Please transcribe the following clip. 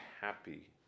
happy